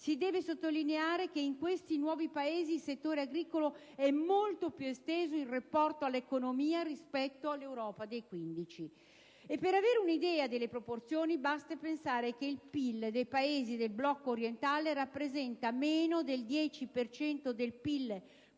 si deve sottolineare che in questi Paesi nuovi il settore agricolo è molto più esteso in rapporto all'economia rispetto all'Europa dei 15. Per avere un'idea delle proporzioni, basti pensare che il PIL dei Paesi del blocco orientale rappresenta meno del 10 per cento